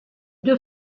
deux